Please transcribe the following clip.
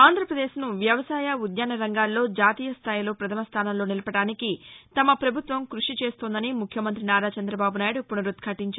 ఆంధ్ర ప్రదేశ్ను వ్యవసాయ ఉద్యాన రంగాల్లో జాతీయ స్థాయిలో ప్రధమ స్థానంలో నిలపటానికి తమ ప్రభుత్వం కృషిచేస్తుందని ముఖ్యమంత్రి నారా చంద్రబాబు నాయుడు పునరుద్బాటించారు